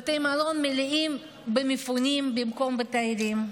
בתי המלון מלאים במפונים במקום בתיירים,